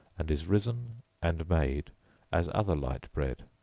and is risen and made as other light bread,